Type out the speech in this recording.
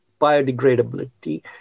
biodegradability